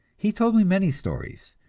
he told me many stories.